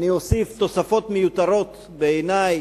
אני אוסיף: תוספות מיותרות בעיני,